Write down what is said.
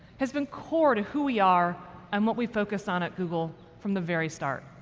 has been core to who we are and what we've focused on at google from the very start.